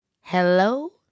Hello